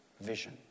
vision